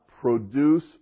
produce